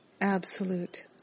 absolute